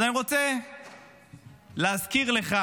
אז אני רוצה להזכיר לך